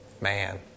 man